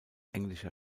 englischer